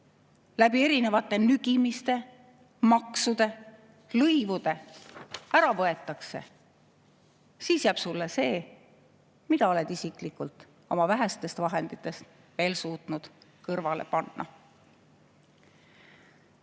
ruum erinevate nügimiste, maksude ja lõivudega ära võetakse, siis jääb sulle see, mida oled isiklikult oma vähestest vahenditest suutnud kõrvale panna.